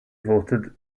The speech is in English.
voted